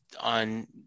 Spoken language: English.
on